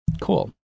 Cool